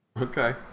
Okay